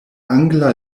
angla